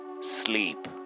sleep